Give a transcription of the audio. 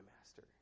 master